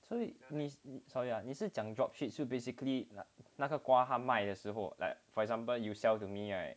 sorry ah 你是讲 drop ship so basically 那个瓜他卖的时候 like for example you sell to me right